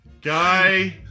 Guy